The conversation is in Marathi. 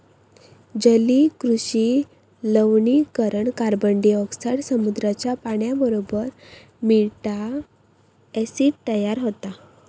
जलीय कृषि लवणीकरण कार्बनडायॉक्साईड समुद्राच्या पाण्याबरोबर मिळता, ॲसिड तयार होता